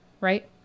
Right